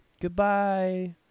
Goodbye